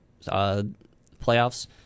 playoffs